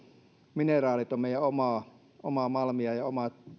mineraalit ovat meidän omaa malmia ja omaa